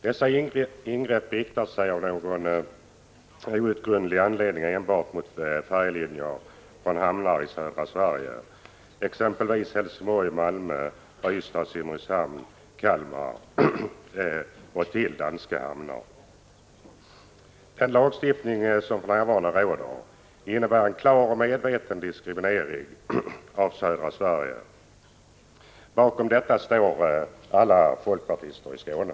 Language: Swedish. Dessa ingrepp riktar sig av någon outgrundlig anledning enbart mot färjelinjer med trafik från hamnar i södra Sverige, exempelvis Helsingborg, Malmö, Ystad, Simrishamn och Kalmar, till danska hamnar. Den lagstiftning som för närvarande råder innebär en klar och medveten diskriminering av södra Sverige. Bakom dessa ståndpunkter står alla folkpartister från Skåne.